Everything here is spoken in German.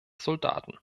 soldaten